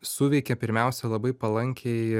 suveikė pirmiausia labai palankiai